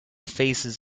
faces